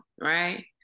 right